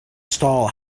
stall